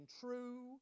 true